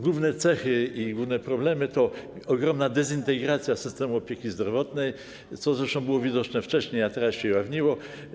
Główne cechy i główne problemy to ogromna dezintegracja systemu opieki zdrowotnej, co zresztą było widoczne wcześniej, a teraz się ujawniło.